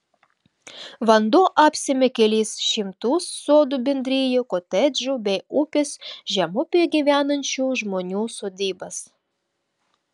vanduo apsėmė kelis šimtus sodų bendrijų kotedžų bei upės žemupyje gyvenančių žmonių sodybas